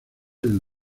del